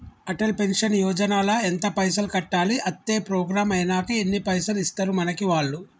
Atal pension Yojana ల ఎంత పైసల్ కట్టాలి? అత్తే ప్రోగ్రాం ఐనాక ఎన్ని పైసల్ ఇస్తరు మనకి వాళ్లు?